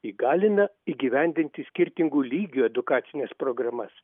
įgalina įgyvendinti skirtingų lygių edukacines programas